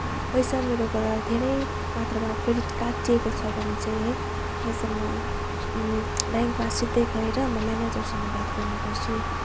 पैसा मेरोबाट धेरै मात्रामा क्रेडिट काटिएको छ भने चाहिँ है आज म ब्याङ्कमा सिधै गएर म म्यानेजरसँग बात गर्ने गर्छु